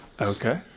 okay